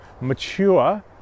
mature